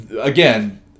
again